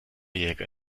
jäger